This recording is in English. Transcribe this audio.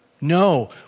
No